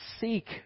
seek